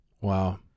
Wow